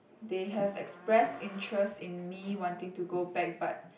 they have expressed interest in me wanting to go back but